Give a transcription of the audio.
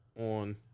On